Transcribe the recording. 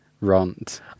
Rant